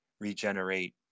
regenerate